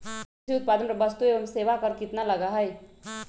कृषि उत्पादन पर वस्तु एवं सेवा कर कितना लगा हई?